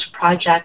project